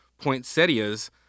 poinsettias